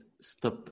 stop